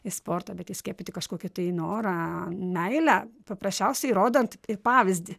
į sportą bet įskiepyti kažkokį tai norą meilę paprasčiausiai rodant pavyzdį